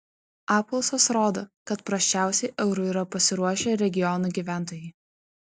apklausos rodo kad prasčiausiai eurui yra pasiruošę regionų gyventojai